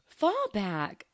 fallback